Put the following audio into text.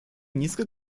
низко